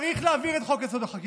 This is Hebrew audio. צריך להעביר את חוק-יסוד: החקיקה,